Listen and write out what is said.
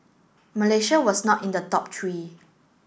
Malaysia was not in the top three